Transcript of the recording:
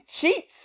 cheats